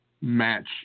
match